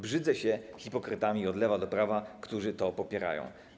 Brzydzę się hipokrytami od lewa do prawa, którzy to popierają.